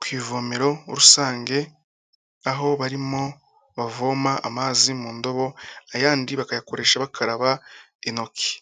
ku ivomero rusange, aho barimo bavoma amazi mu ndobo, ayandi bakayakoresha bakaraba intoki.